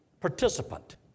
participant